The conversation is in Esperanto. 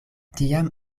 tiam